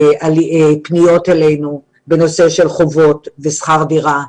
פניות אלינו בנושא של חובות ושכר דירה,